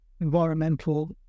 environmental